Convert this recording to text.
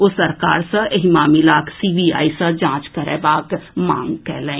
ओ सरकार सँ एहि मामिलाक सीबीआई सँ जांच करएबाक मांग कएलनि